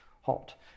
hot